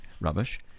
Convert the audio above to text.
rubbish